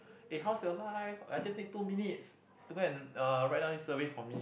eh how's your life I just need two minutes you go and uh write down this survey for me